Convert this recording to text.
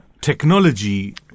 technology